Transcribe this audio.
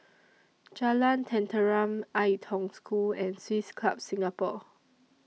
Jalan Tenteram Ai Tong School and Swiss Club Singapore